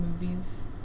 movies